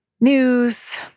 news